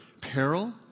peril